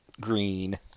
green